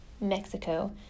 Mexico